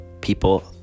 people